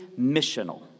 missional